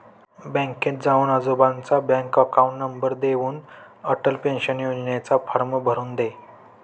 बँकेत जाऊन आजोबांचा बँक अकाउंट नंबर देऊन, अटल पेन्शन योजनेचा फॉर्म भरून दे